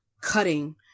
cutting